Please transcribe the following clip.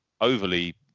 overly